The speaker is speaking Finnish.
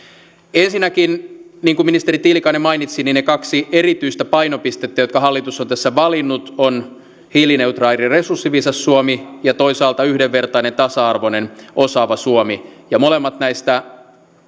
ensinnäkin niin kuin ministeri tiilikainen mainitsi ne kaksi erityistä painopistettä jotka hallitus on tässä valinnut ovat hiilineutraali ja resurssiviisas suomi ja toisaalta yhdenvertainen tasa arvoinen ja osaava suomi ja molemmat näistä